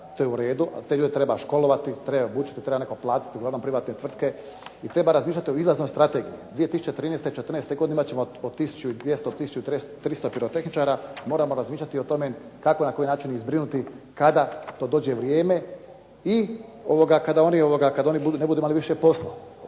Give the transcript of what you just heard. to je u redu, ali te ljude treba školovati, treba obučiti, treba netko platiti, uglavnom privatne tvrtke i treba razmišljati o izlaznoj strategiji. 2013. i 2014. godine imat ćemo od 1200, 1300 pirotehničara. Moramo razmišljati o tome kako, na koji način ih zbrinuti kada to dođe vrijeme i kada oni ne budu imali više posla.